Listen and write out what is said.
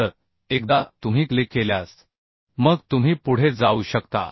तर एकदा तुम्ही क्लिक केल्यास मग तुम्ही पुढे जाऊ शकता